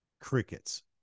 Crickets